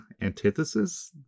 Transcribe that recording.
antithesis